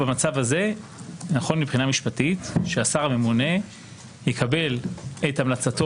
נכון מבחינה משפטית שהשר הממונה יקבל את המלצתו